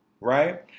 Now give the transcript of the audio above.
right